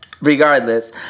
regardless